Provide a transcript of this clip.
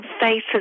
faces